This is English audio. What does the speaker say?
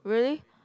really